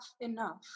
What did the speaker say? enough